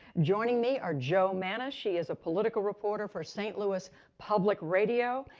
joining me are jo mannies, she is a political reporter for st. louis public radio,